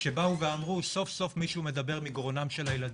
שבאו ואמרו: סוף סוף מישהו מדבר מגרונם של הילדים.